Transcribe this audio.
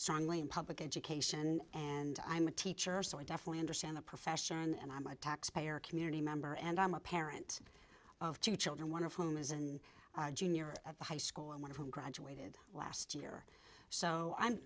strongly in public education and i'm a teacher so i definitely understand the profession and i'm a taxpayer community member and i'm a parent of two children one of whom is in junior at the high school and one of whom graduated last year so i'm